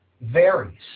varies